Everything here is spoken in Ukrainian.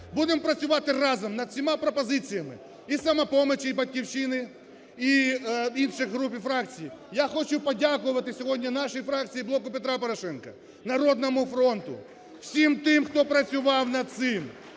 Будемо працювати разом над всіма пропозиціями і "Самопомочі", і "Батьківщини", і інших груп і фракцій. Я хочу подякувати сьогодні нашій фракції "Блоку Петра Порошенка", "Народному фронту", всім тим, хто працював над цим,